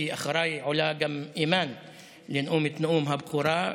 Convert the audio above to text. כי אחריי עולה גם אימאן לנאום את נאום הבכורה.